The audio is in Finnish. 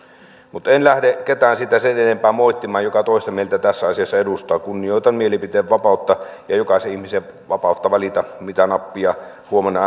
mutta en lähde ketään siitä sen enempää moittimaan joka toista mieltä tässä asiassa edustaa kunnioitan mielipiteen vapautta ja jokaisen ihmisen vapautta valita mitä nappia huomenna